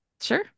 Sure